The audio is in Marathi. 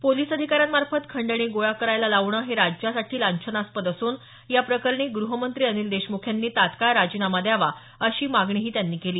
पोलीस अधिकाऱ्यांमार्फत खंडणी गोळा करायला लावणं हे राज्यासाठी लांच्छनास्पद असून या प्रकरणी गृहमंत्री अनिल देशमुख यांनी तत्काळ राजीनामा द्यावा अशी मागणीही त्यांनी केली